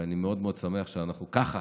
ואני מאוד מאוד שמח שאנחנו ככה